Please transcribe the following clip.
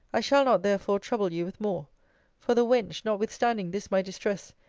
i shall not, therefore, trouble you with more for the wench, notwithstanding this my distress,